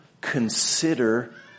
consider